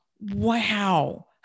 wow